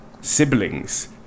siblings